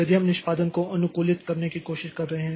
यदि हम निष्पादन को अनुकूलित करने की कोशिश कर रहे हैं